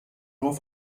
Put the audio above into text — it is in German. nur